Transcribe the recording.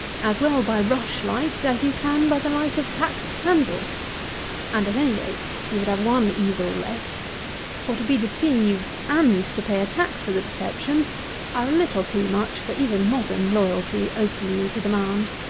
as well by rush-light, as you can by the light of taxed candles and, at any rate, you would have one evil less for to be deceived and to pay a tax for the deception are a little too much for even modern loyalty openly to demand.